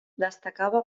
destacava